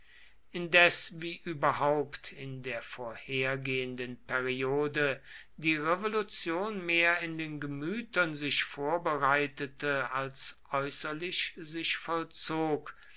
indes wie überhaupt in der vorhergehenden periode die revolution mehr in den gemütern sich vorbereitete als äußerlich sich vollzog